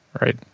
right